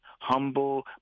humble